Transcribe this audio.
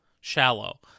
shallow